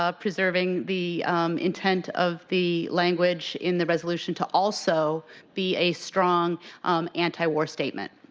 ah preserving the intent of the language in the resolution to also be a strong antiwar statement.